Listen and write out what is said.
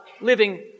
living